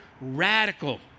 radical